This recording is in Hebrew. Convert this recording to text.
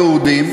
זה לא יעזור.